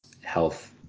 health